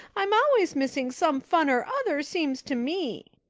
i'm always missing some fun or other, seems to me.